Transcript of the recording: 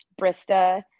Brista